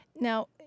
now